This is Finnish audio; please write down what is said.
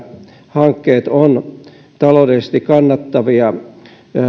hankkeet ovat myöskin taloudellisesti kannattavia